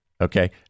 Okay